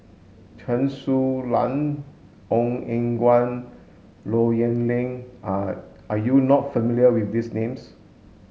Chen Su Lan Ong Eng Guan Low Yen Ling are are you not familiar with these names